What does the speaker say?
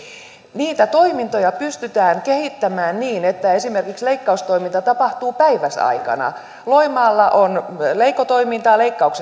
niitä toimintoja pystytään kehittämään niin että esimerkiksi leikkaustoiminta tapahtuu päiväsaikana loimaalla on leiko toimintaa leikkauksesta kotiin